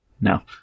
No